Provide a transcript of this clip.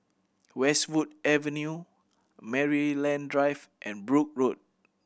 Westwood Avenue Maryland Drive and Brooke Road